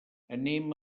anem